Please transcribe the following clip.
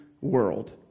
world